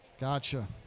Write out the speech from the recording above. Gotcha